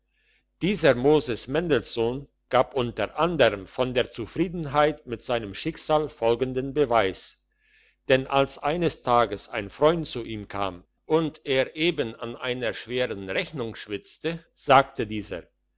dieser moses mendelssohn gab unter anderm von der zufriedenheit mit seinem schicksal folgenden beweis denn als eines tages ein freund zu ihm kam und er eben an einer schweren rechnung schwitzte sagte dieser